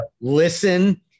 listen